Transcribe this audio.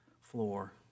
floor